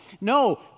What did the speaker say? No